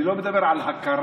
אני לא מדבר על הכרה,